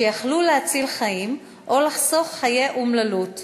שיכלו להציל חיים או לחסוך חיי אומללות,